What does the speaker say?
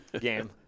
game